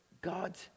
God